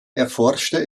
erforschte